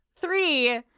Three